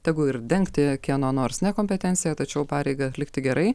tegu ir dengti kieno nors nekompetenciją tačiau pareigą atlikti gerai